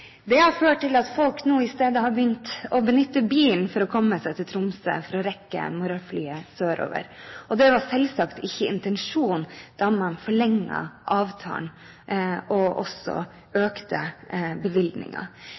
Det har ført til at folk nå isteden har begynt å benytte bilen for å komme seg til Tromsø for å rekke morgenflyet sørover. Det var selvsagt ikke intensjonen da man forlenget avtalen og også